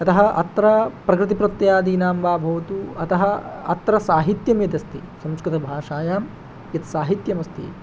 यतः अत्र प्रकृतिप्रत्यादीनां वा भवतु अतः अत्र साहित्यं यदस्ति संस्कृतभाषायां यत्साहित्यमस्ति